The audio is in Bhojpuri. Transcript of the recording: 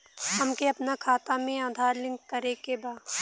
हमके अपना खाता में आधार लिंक करें के बा?